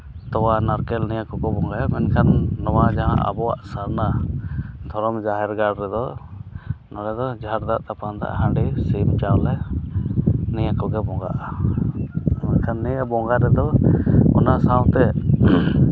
ᱛᱚᱣᱟ ᱱᱟᱲᱠᱮᱞ ᱱᱤᱭᱟᱹ ᱠᱚᱠᱚ ᱵᱚᱸᱜᱟᱭᱟ ᱢᱮᱱᱠᱷᱟᱱ ᱱᱚᱣᱟ ᱡᱟᱦᱟᱸ ᱟᱵᱚᱣᱟᱜ ᱥᱟᱨᱱᱟ ᱫᱷᱚᱨᱚᱢ ᱡᱟᱦᱮᱨ ᱜᱟᱲ ᱨᱮᱫᱚ ᱱᱚᱰᱮ ᱫᱚ ᱡᱷᱟᱨ ᱫᱟᱜ ᱛᱟᱯᱟᱱ ᱫᱟᱜ ᱦᱟᱺᱰᱤ ᱥᱤᱢ ᱪᱟᱣᱞᱮ ᱱᱤᱭᱟᱹ ᱠᱚᱜᱮ ᱵᱚᱸᱜᱟᱜᱼᱟ ᱢᱮᱱᱠᱷᱟᱱ ᱱᱤᱭᱟᱹ ᱵᱚᱸᱜᱟ ᱨᱮᱫᱚ ᱚᱱᱟ ᱥᱟᱶᱛᱮ